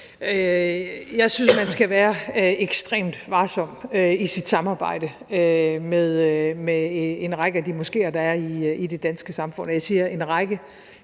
Jeg synes, man skal være ekstremt varsom i sit samarbejde med en række af de moskeer, der er i det danske samfund, og jeg siger en række,